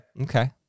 Okay